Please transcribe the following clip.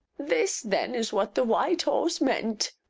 this then is what the white horse meant!